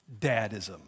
dadism